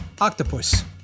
Octopus